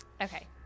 Okay